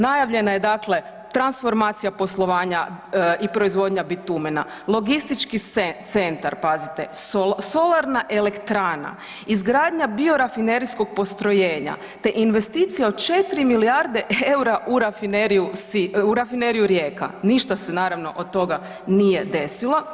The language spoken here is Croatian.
Najavljeno je dakle transformacija poslovanja i proizvodnja bitumena, logističke centar pazite, solarna elektrana, izgradnja bio rafinerijskog postrojenja te investicija od 4 milijarde eura u Rafineriju Rijeka, ništa se naravno od toga nije desilo.